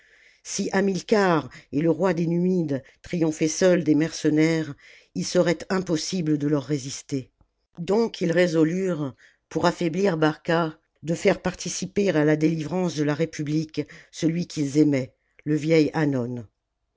si hamilcar et le roi des numides triomphaient seuls des mercenaires il serait im possibie de leur résister donc ils résolurent pour affaiblir barca de faire participer à la délivrance de la répubhque celui qu'ils aimaient le vieil hannon